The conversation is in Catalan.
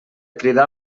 cridar